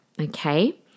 Okay